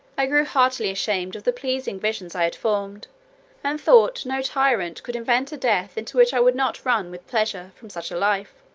i grew heartily ashamed of the pleasing visions i had formed and thought no tyrant could invent a death into which i would not run with pleasure, from such a life.